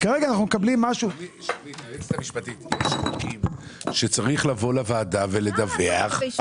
יש חוקים בהם צריך לבוא לוועדה ולדווח.